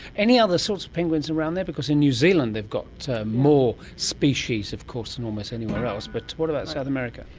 any other sorts of penguins around there? because in new zealand they've got more species of course than almost anywhere else, but what about south america?